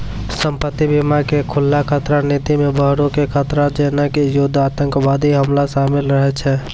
संपत्ति बीमा के खुल्ला खतरा नीति मे बाहरो के खतरा जेना कि युद्ध आतंकबादी हमला शामिल रहै छै